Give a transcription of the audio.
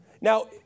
Now